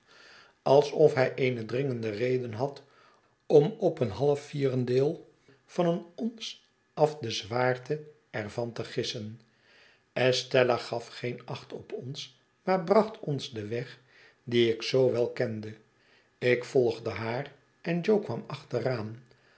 alsof hij eene dringende reden had om op een half vierdendeel van een ons af dezwaarte er van te gissen estella gaf geen acht op ons maar bracht ons den weg dien ik zoo wel kende ik volgde haar en jo kwam achteraan